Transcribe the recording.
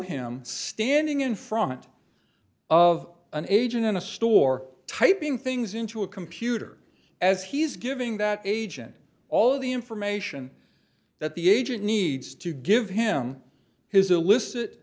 him standing in front of an agent in a store typing things into a computer as he's giving that agent all the information that the agent needs to give him his illicit